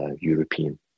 European